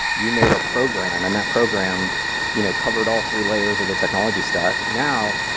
you made a program, and that program you know covered all three layers of the technology stack. now,